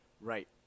Right